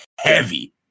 heavy